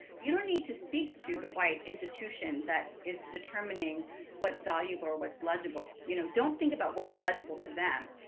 you don't need to speak to the white institution that is determining what's valuable or what's legible. you know, don't think about what's legible to them,